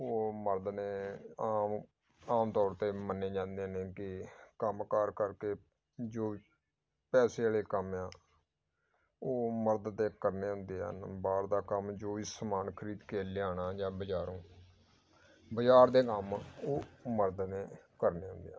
ਉਹ ਮਰਦ ਨੇ ਆਮ ਆਮ ਤੌਰ 'ਤੇ ਮੰਨੇ ਜਾਂਦੇ ਨੇ ਕਿ ਕੰਮ ਕਾਰ ਕਰਕੇ ਜੋ ਪੈਸੇ ਆਲੇ ਕੰਮ ਆ ਉਹ ਮਰਦ ਦੇ ਕਰਨੇ ਹੁੰਦੇ ਆ ਬਾਹਰ ਦਾ ਕੰਮ ਜੋ ਵੀ ਸਮਾਨ ਖਰੀਦ ਕੇ ਲਿਆਉਣਾ ਜਾਂ ਬਾਜ਼ਾਰੋਂ ਬਾਜ਼ਾਰ ਦੇ ਕੰਮ ਉਹ ਮਰਦ ਨੇ ਕਰਨੇ ਹੁੰਦੇ ਆ